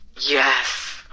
Yes